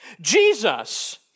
Jesus